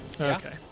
Okay